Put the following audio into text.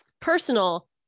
Personal